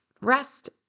rest